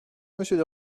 monsieur